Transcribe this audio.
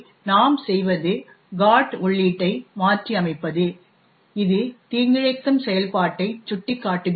எனவே நாம் செய்வது GOT உள்ளீட்டை மாற்றியமைப்பது இது தீங்கிழைக்கும் செயல்பாட்டைச் சுட்டிக்காட்டுகிறது